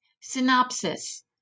Synopsis